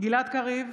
גלעד קריב,